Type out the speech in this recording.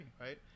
right